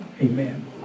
Amen